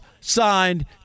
signed